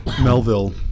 melville